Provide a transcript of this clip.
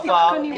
בשוק הדואר.